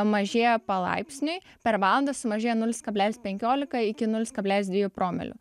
mažėja palaipsniui per valandą sumažėja nulis kablelis penkiolika iki nulis kablelis dviejų promilių